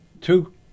two